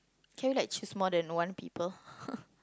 can we like choose more than one people